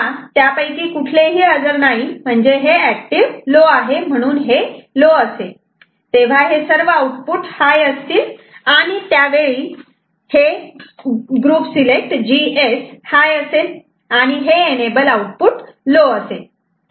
तेव्हा त्यापैकी कुठलेही ही हजर नाही म्हणजे हे एक्टिव लो आहे म्हणून हे लो असेल तेव्हा सर्व आउटपुट हाय असतील आणि त्यावेळी जी एस हे हाय असेल आणि हे एनेबल आउटपुट लो असेल